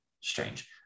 strange